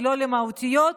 ולא מהותיות,